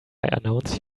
announce